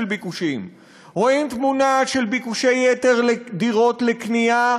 ביקושים: רואים תמונה של ביקושי-יתר לדירות לקנייה,